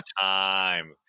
time